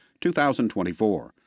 2024